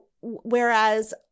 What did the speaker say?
whereas